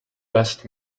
best